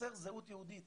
חסרה זהות יהודית.